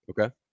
Okay